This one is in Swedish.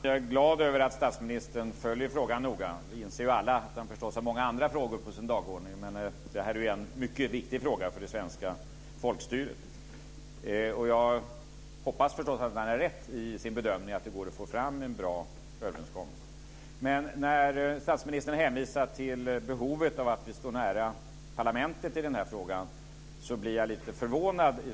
Fru talman! Jag är glad att statsministern följer frågan noga. Vi inser alla att han naturligtvis har många andra frågor på sin dagordning, men det här är en mycket viktig fråga för det svenska folkstyret. Jag hoppas förstås också att han har rätt i sin bedömning att det går att få fram en bra överenskommelse. Men när statsministern hänvisar till behovet av att vi står nära parlamentet i den här frågan blir jag lite förvånad.